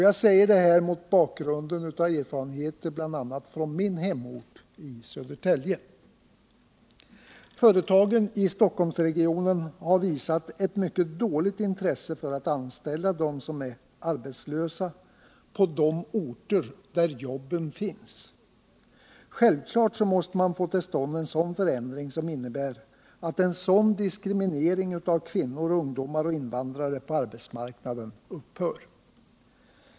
Jag säger det här mot bakgrunden av erfarenheter bl.a. från min hemort, Södertälje. Företagen i Stockholmsregionen har visat ett mycket dåligt intresse för att anställa dem som är arbetslösa på de orter där jobben finns. Självfallet måste man få till stånd en förändring som innebär att en sådan diskriminering av kvinnor, ungdomar och invandrare på arbetsmarknaden upphör.